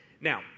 Now